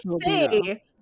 say